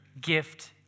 gift